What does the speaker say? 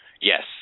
Yes